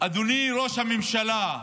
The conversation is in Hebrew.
אדוני ראש הממשלה,